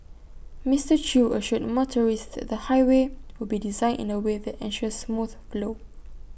Mister chew assured motorists that the highway will be designed in A way that ensures smooth flow